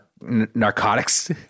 narcotics